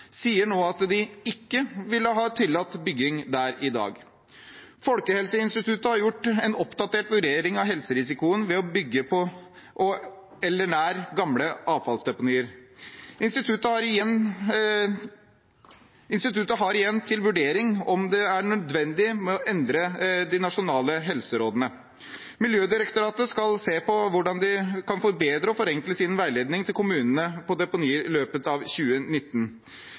sier nå at de ikke ville ha tillatt bygging der i dag. Folkehelseinstituttet har gjort en oppdatert vurdering av helserisikoen ved å bygge på eller nær gamle avfallsdeponier. Instituttet har igjen til vurdering om det er nødvendig å endre de nasjonale helserådene. Miljødirektoratet skal se på hvordan de kan forbedre og forenkle sin veiledning om deponier til kommunene i løpet av 2019.